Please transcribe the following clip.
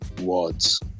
words